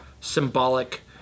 symbolic